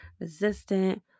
resistant